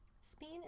Spain